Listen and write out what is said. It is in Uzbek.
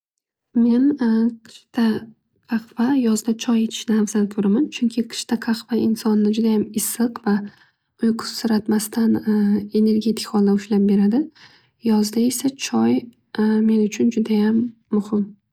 Men qishda qahva, yozda choy ichishni avzal ko'raman. Chunki qishda qahva insonni judayam issiq va uyqusiratmasdan energetik holda ushlab beradi. Yozda esa choy men uchun judayam muhim.